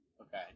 Okay